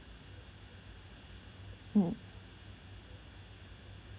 mm